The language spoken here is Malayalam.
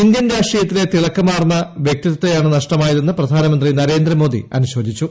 ഇന്ത്യൻ രാഷ്ട്രീയത്തിലെ തിളക്കമാർന്ന വ്യക്തിത്വത്തെയാണ് നഷ്ടമായതെന്ന് പ്രധാനമന്ത്രി നരേന്ദ്രമോദി അനുശോചിച്ചു